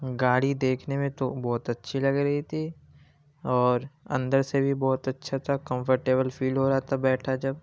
گاڑی دیکھنے میں تو بہت اچھی لگ رہی تھی اور اندر سے بھی بہت اچھا تھا کمفرٹیبل فیل ہو رہا تھا بیٹھا جب